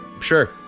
Sure